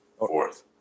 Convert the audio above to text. Fourth